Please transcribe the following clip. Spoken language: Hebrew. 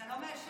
אתה לא מאשר?